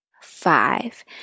five